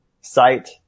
Sight